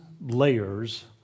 layers